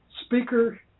speaker